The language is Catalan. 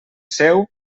seu